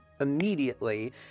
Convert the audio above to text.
immediately